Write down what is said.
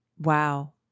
Wow